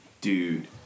Dude